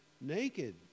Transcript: naked